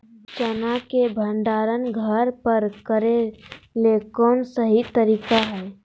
चना के भंडारण घर पर करेले कौन सही तरीका है?